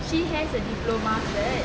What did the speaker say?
she has a diploma cert